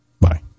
bye